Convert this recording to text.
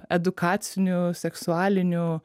edukacinių seksualinių